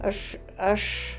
aš aš